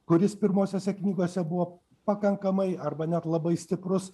kuris pirmosiose knygose buvo pakankamai arba net labai stiprus